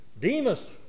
Demas